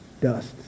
Dust